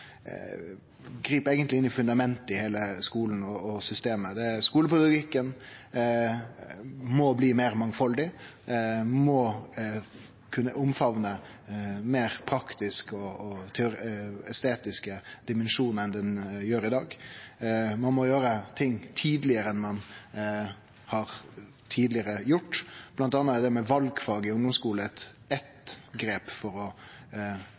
grip eigentleg inn i fundamentet i heile skolen og systemet. Skolepolitikken må bli meir mangfaldig, må kunne famne om meir praktiske og estetiske dimensjonar enn den gjer i dag. Ein må gjere ting tidlegare enn ein før har gjort. Blant anna er valfag i ungdomsskolen eitt grep for rett og slett å